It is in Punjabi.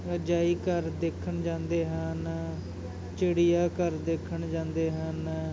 ਅਜਾਇਬ ਘਰ ਦੇਖਣ ਜਾਂਦੇ ਹਨ ਚਿੜੀਆ ਘਰ ਦੇਖਣ ਜਾਂਦੇ ਹਨ